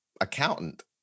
accountant